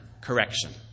correction